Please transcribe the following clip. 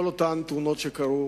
כל אותן תאונות שקרו